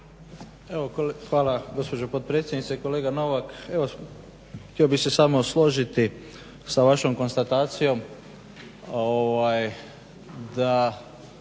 Hvala gospođo potpredsjednice. Kolega Novak htio bih se samo složiti sa vašom konstatacijom